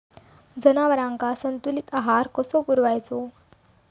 जनावरांका संतुलित आहार कसो पुरवायचो?